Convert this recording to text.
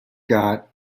got